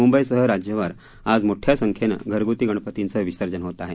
मुंबईसह राज्यभर आज मोठ्या संख्येन घरगुती गणपतीचं विसर्जन होत आहे